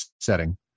setting